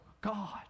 God